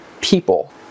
people